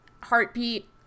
heartbeat